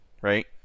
right